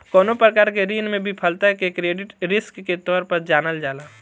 कवनो प्रकार के ऋण में विफलता के क्रेडिट रिस्क के तौर पर जानल जाला